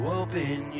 open